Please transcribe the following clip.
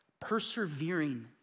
persevering